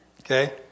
Okay